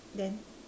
then